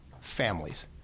families